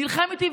נלחם איתי,